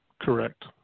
Correct